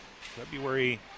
February